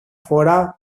φορά